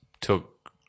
took